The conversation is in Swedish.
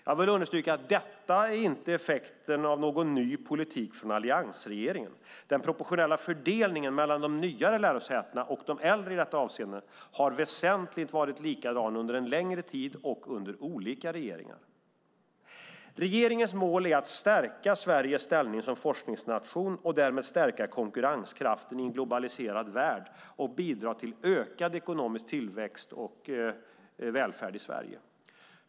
Jag vill understryka att detta inte är effekten av någon ny politik från alliansregeringen. Den proportionella fördelningen mellan de nyare lärosätena och de äldre i detta avseende har väsentligen varit likadan under en längre tid och under olika regeringar. Regeringens mål är att stärka Sveriges ställning som forskningsnation och därmed stärka konkurrenskraften i en globaliserad värld och bidra till ökad ekonomisk tillväxt och välfärd i Sverige.